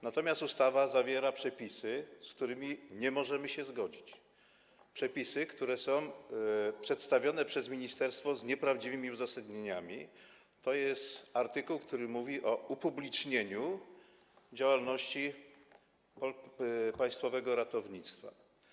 Natomiast ustawa zawiera przepisy, z którymi nie możemy się zgodzić, przepisy, które są przedstawione przez ministerstwo z nieprawdziwymi uzasadnieniami, jak np. artykuł, który mówi o upublicznieniu działalności państwowego ratownictwa.